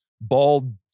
bald